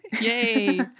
yay